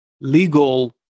legal